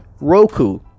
Roku